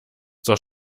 zur